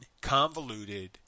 convoluted